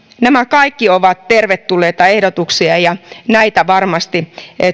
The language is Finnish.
nämä kaikki ovat tervetulleita ehdotuksia ja näitä varmasti